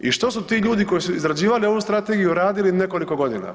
i što su ti ljudi koji su izrađivali ovu strategiju radili nekoliko godina.